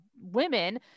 women